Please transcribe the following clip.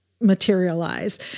materialize